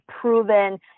proven